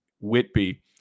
Whitby